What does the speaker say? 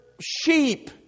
sheep